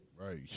Right